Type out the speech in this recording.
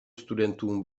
studentům